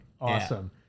Awesome